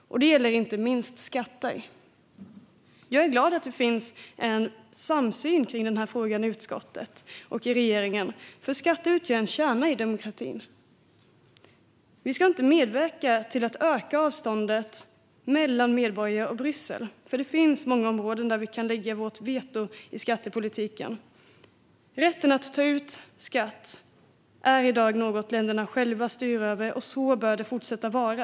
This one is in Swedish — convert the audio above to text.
Det gäller inte minst skatter. Jag är glad att det finns en samsyn kring den här frågan i utskottet och i regeringen, för skatter utgör en kärna i demokratin. Vi ska inte medverka till att öka avståndet mellan medborgare och Bryssel. Det finns många områden där vi kan lägga vårt veto i skattepolitiken. Rätten att ta ut skatt är i dag något länderna själva styr över, och så bör det fortsätta att vara.